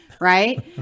right